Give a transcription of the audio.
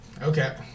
Okay